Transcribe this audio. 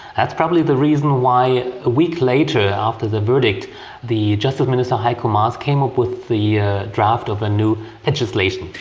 that's probably the reason why a week later after the verdict the justice minister heiko maas came up with the ah draft of a new legislation.